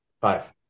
Five